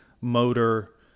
motor